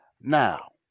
Now